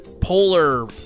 polar